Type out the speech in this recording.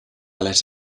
let